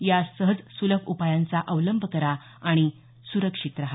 या सहज सुलभ उपायांचा अवलंब करा आणि सुरक्षित रहा